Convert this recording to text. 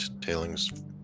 tailings